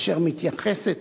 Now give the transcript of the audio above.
אשר מתייחסת,